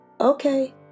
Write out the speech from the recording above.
okay